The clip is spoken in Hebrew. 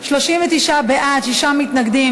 39 בעד, שישה מתנגדים.